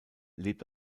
lebt